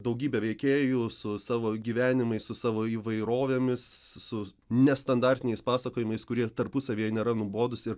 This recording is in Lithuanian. daugybė veikėjų su savo gyvenimais su savo įvairovėmis su nestandartiniais pasakojimais kurie tarpusavyje nėra nuobodūs ir